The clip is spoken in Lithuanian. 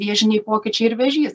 vėžiniai pokyčiai ir vėžys